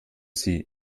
sie